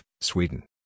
Sweden